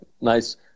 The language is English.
Nice